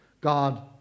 God